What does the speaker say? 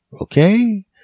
Okay